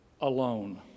alone